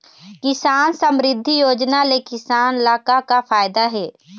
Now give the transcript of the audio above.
किसान समरिद्धि योजना ले किसान ल का का फायदा हे?